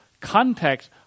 context